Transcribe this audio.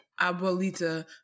Abuelita